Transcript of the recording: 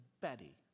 Betty